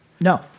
no